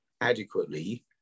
adequately